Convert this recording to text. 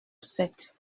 sept